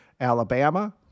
Alabama